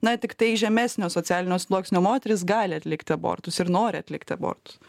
na tiktai žemesnio socialinio sluoksnio moterys gali atlikti abortus ir nori atlikti abortus